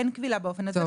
אין כבילה באופן הזה,